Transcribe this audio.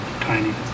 tiny